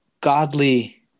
godly –